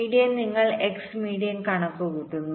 median നിങ്ങൾ x median കണക്കുകൂട്ടുന്നു